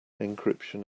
encryption